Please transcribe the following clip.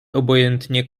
obojętnie